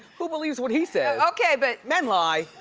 who believes what he says? okay but. men lie.